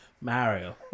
Mario